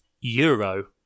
Euro